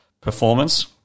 performance